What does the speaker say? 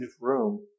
room